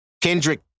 Kendrick